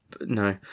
no